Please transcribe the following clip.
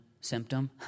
symptom